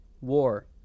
war